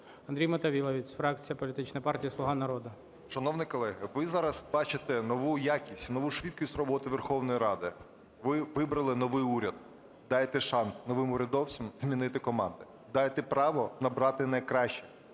Андрій Мотовиловець, фракція політичної партії "Слуга народу". 17:35:41 МОТОВИЛОВЕЦЬ А.В. Шановні колеги, ви зараз бачите нову якість, нову швидкість роботи Верховної Ради. Ви вибрали новий уряд. Дайте шанс новим урядовцям змінити команди. Дайте право набрати найкращих.